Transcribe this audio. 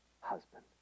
husband